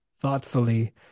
thoughtfully